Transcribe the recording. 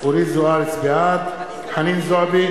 יש גבול,